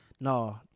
no